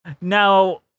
Now